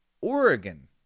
Oregon